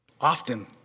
Often